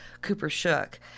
Cooper-Shook